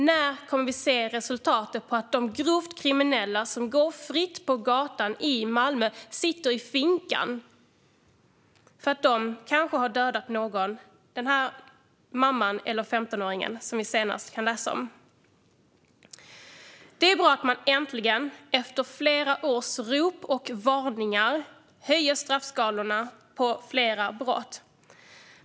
När kommer vi att se resultat när det gäller att sätta de grovt kriminella som går fritt på gatan i Malmö i finkan därför att de har dödat någon, kanske mamman eller den 15-åring vi kunde läsa om senast? Det är bra att man äntligen, efter flera års rop och varningar, höjer straffskalorna för flera brott.